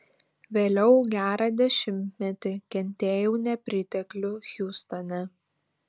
vėliau gerą dešimtmetį kentėjau nepriteklių hjustone